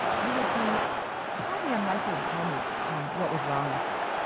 you would be highly unlikely to tell me um what was wrong with it.